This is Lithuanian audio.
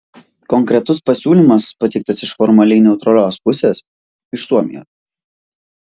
konkretus pasiūlymas pateiktas iš formaliai neutralios pusės iš suomijos